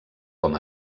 com